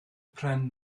pren